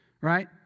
Right